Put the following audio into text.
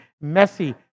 messy